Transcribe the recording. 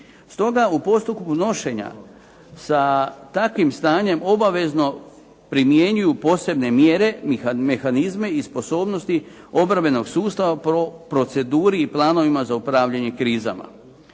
Stoga u postupku nošenja sa takvim stanjem, obavezno primjenjuju posebne mjere, mehanizme i sposobnosti obrambenog sustava proceduri i planovima za upravljanje krizama.